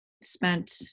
spent